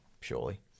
Surely